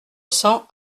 cents